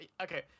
Okay